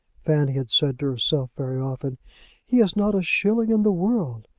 fanny had said to herself very often he has not a shilling in the world.